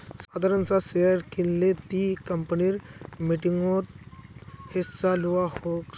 साधारण सा शेयर किनले ती कंपनीर मीटिंगसोत हिस्सा लुआ सकोही